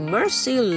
Mercy